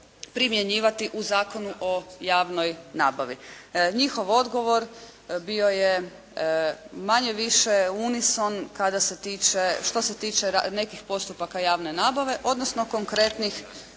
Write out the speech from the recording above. primjenjivati u Zakonu o javnoj nabavi. Njihov odgovor bio je manje-više Unison kada se tiče, što se tiče nekih postupaka javne nabave, odnosno konkretne